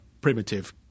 primitive